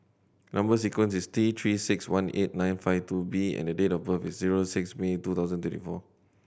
number sequence is T Three Six One eight nine five two B and date of birth is zero six May two thousand twenty four